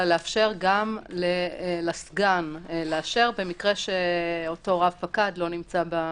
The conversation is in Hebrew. אלא לאפשר גם לסגן לאשר במקרה שאותו רב פקד לא נמצא במקום.